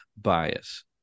bias